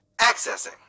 Accessing